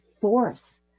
force